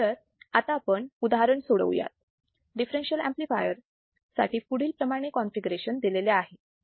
तर आता आपण एक उदाहरण सोडवूयात दिफ्फेरेन्शियल ऍम्प्लिफायर साठी पुढील प्रमाणे कॉन्फिगरेशन दिलेले आहे